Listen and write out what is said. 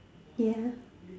ya